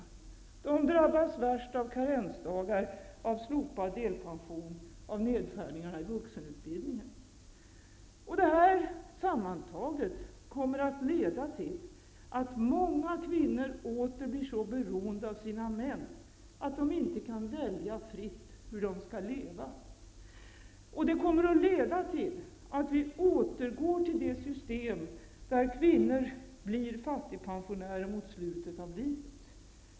Kvinnorna drabbas värst av karensdagar, slopad delpension och nedskärningarna i vuxenutbildningen. Detta sammantaget kommer att leda till att många kvinnor åter blir så beroende av sina män att de inte kan välja fritt hur de skall leva. Det kommer även att leda till att vi återgår till det system där kvinnor blir fattigpensionärer mot slutet av livet.